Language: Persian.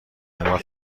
اعمال